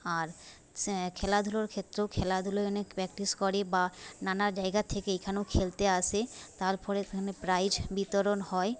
আর সে খেলাধুলোর ক্ষেত্রেও খেলাধুলো এখানে প্র্যাকটিস করে বা নানা জায়গা থেকে এখানেও খেলতে আসে তার ফলে এখানে প্রাইজ বিতরণ হয়